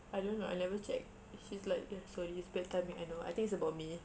I don't know I never checked she's like sorry it's a bad timing I know I think it's about me